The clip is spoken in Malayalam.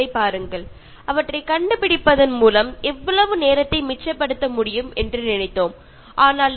നമ്മൾ വിചാരിച്ചിരുന്നത് ഇവയൊക്കെ കണ്ടുപിടിച്ചത് നമ്മുടെ സമയം ലാഭിക്കുമെന്നായിരുന്നു